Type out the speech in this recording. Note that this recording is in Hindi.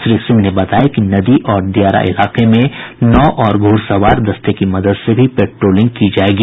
श्री सिंह ने बताया कि नदी और दियारा इलाके में नाव और घुड़सवार दस्ते की मदद से भी पेट्रोलिंग की जायेगी